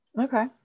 okay